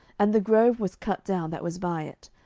and the grove was cut down that was by it,